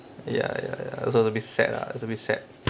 ya ya ya so a bit sad lah it's a bit sad